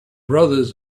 brothers